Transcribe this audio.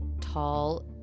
tall